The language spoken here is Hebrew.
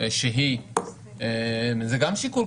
שהיא המשאבים זה גם שיקול,